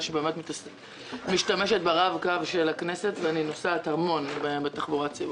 שבאמת משתמשת ברב-קו של הכנסת ונוסעת המון בתחבורה ציבורית.